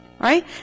Right